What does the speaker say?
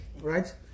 Right